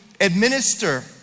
administer